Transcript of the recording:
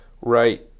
Right